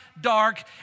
dark